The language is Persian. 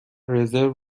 رزرو